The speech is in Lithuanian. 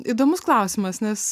įdomus klausimas nes